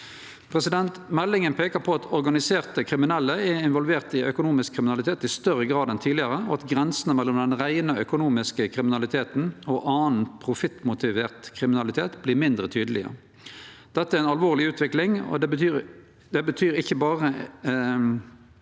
enkeltindivid. Meldinga peiker på at organiserte kriminelle er involverte i økonomisk kriminalitet i større grad enn tidlegare, og at grensene mellom den reine økonomiske kriminaliteten og annan profittmotivert kriminalitet vert mindre tydelege. Dette er ei alvorleg utvikling. Det betyr ikkje berre mindre